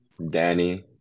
Danny